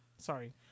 Sorry